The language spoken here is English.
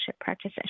practice